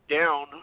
down